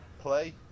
play